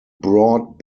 brought